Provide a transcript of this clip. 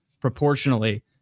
proportionally